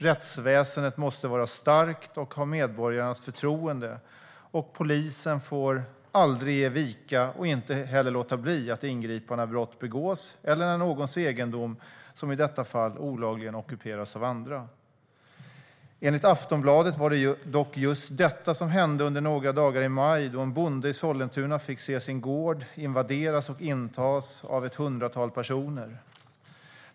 Rättsväsendet måste vara starkt och ha medborgarnas förtroende, och polisen får aldrig ge vika och inte heller låta bli att ingripa när brott begås eller när någons egendom, som i detta fall, olagligen ockuperas av andra. Enligt Aftonbladet var det dock just detta som hände under några dagar i maj då en bonde i Sollentuna fick se sin gård invaderas och intas av ett hundratal personer.